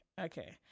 Okay